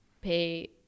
pay